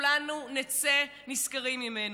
שכולנו נצא נשכרים ממנו,